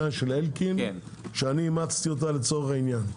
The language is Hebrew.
של אלקין שאימצתי אותה לצורך העניין,